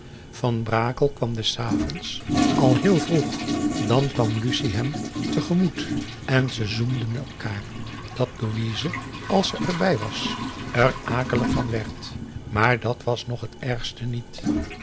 van brakel kwam des avonds al heel vroeg dan kwam lucie hem te gemoet en ze zoenden elkaar dat louise als ze er bij was er akelig van werd maar dat was nog het ergste niet